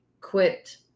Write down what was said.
quit